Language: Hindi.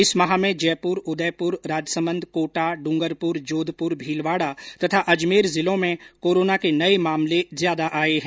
इस माह में जयपुर उदयपुर राजसमंद कोटा डूंगरपुर जोधपुर भीलवाड़ा तथा अजमेर जिलों में कोरोना के नये मामले ज्यादा आये है